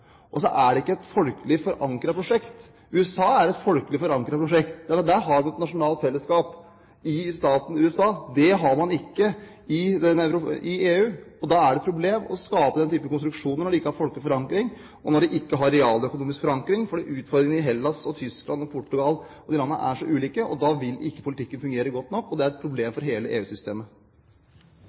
er ikke et folkelig forankret prosjekt. USA er et folkelig forankret prosjekt. Der har man et nasjonalt fellesskap, i staten USA. Det har man ikke i EU. Da blir det et problem når man skaper en slik konstruksjon, at man ikke har folkelig forankring, og ikke har realøkonomisk forankring. Utfordringen til Hellas, Tyskland og Portugal er at landene er så ulike, og da vil ikke politikken fungere godt nok. Det er et problem for hele